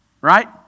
right